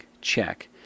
Check